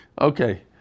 Okay